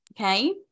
Okay